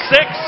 Six